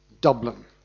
Dublin